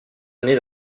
années